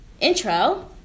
intro